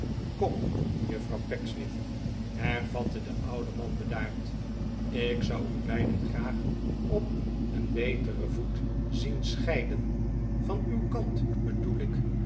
kom juffrouw pecksniff hervatte de oude man bedaard ik zou u beiden graag op een beteren voet zien scheiden van uw kaht bedoel ik